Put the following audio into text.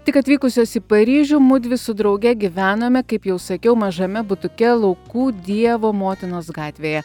tik atvykusios į paryžių mudvi su drauge gyvenome kaip jau sakiau mažame butuke laukų dievo motinos gatvėje